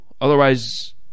otherwise